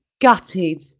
gutted